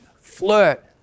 flirt